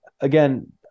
again